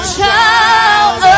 child